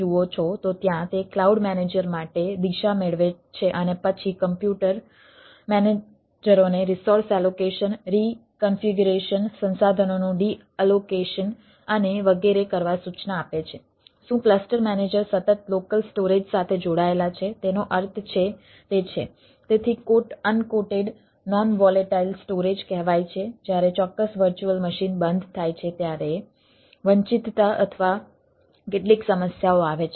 જ્યારે ચોક્કસ virtual machine બંધ થાય છે ત્યારે વંચિતતા અથવા કેટલીક સમસ્યાઓ આવે છે